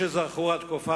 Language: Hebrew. זה לא צירוף מקרים